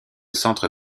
centre